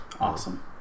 awesome